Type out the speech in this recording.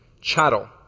chattel